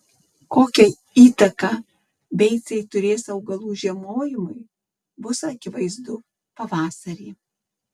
kokią įtaką beicai turės augalų žiemojimui bus akivaizdu pavasarį